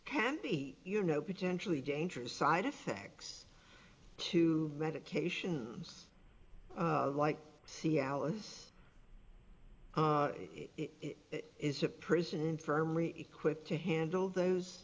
can be you know potentially dangerous side effects to medications like cialis it is a prison infirmary equipped to handle those